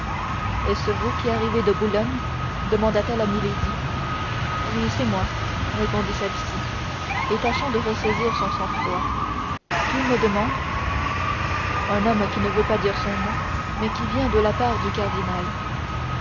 est-ce vous qui arrivez de boulogne demanda-t-elle à milady oui c'est moi répondit celle-ci et tâchant de ressaisir son sang-froid qui me demande un homme qui ne veut pas dire son nom mais qui vient de la part du cardinal